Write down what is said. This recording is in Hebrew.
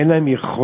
אין להם יכולת